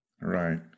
right